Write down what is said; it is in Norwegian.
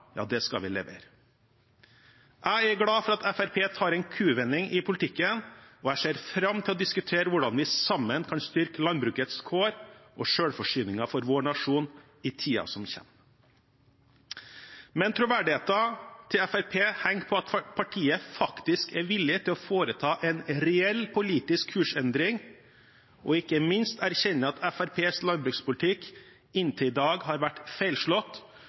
skal vi levere. Jeg er glad for at Fremskrittspartiet gjør en kuvending i politikken, og jeg ser fram til å diskutere hvordan vi sammen kan styrke landbrukets kår og selvforsyningen for vår nasjon i tiden som kommer. Men troverdigheten til Fremskrittspartiet henger på at partiet faktisk er villig til å foreta en reell politisk kursendring, og ikke minst erkjenne at Fremskrittspartiets landbrukspolitikk inntil i dag har vært feilslått